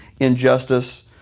injustice